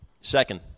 second